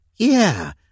Yeah